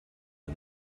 and